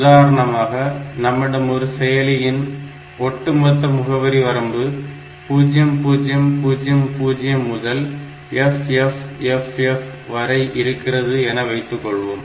உதாரணமாக நம்மிடம் உள்ள செயலியின் ஒட்டுமொத்த முகவரி வரம்பு 0000 முதல் FFFF வரை இருக்கிறது என வைத்துக்கொள்வோம்